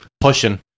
pushing